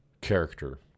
character